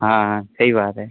हां स्हेई बात ऐ